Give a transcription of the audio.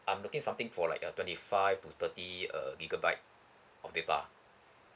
I'm looking something for like uh twenty five to thirty uh gigabyte of data